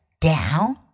Down